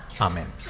Amen